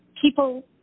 people